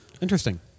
Interesting